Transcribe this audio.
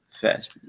fast